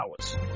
hours